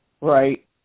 Right